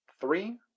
Three